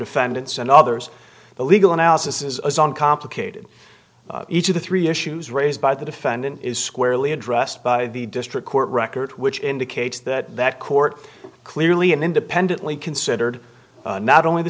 fendants and others the legal analysis is on complicated each of the three issues raised by the defendant is squarely addressed by the district court record which indicates that that court clearly and independently considered not only the